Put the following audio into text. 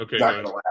Okay